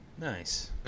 Nice